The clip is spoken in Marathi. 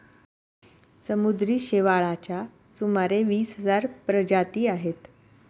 समुद्री शेवाळाच्या सुमारे वीस हजार प्रजाती आहेत